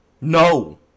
No